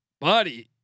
buddy